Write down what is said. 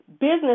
business